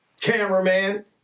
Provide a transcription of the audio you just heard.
cameraman